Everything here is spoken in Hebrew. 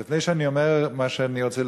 אז לפני שאני אומר מה שאני רוצה,